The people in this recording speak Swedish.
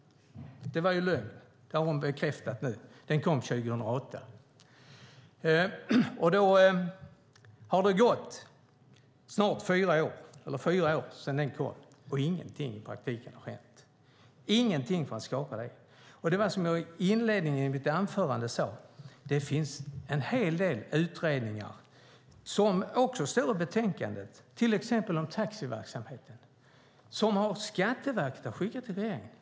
Det var lögn, och det har hon bekräftat. Den kom 2008. Det har gått fyra år sedan utredningen kom, och i praktiken har ingenting hänt. I mitt anförande sade jag att det finns en hel del utredningar som det inte blivit något av. Vad har hänt med till exempel den utredning om taxiverksamheten som Skatteverket skickade till regeringen?